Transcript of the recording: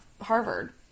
Harvard